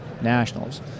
Nationals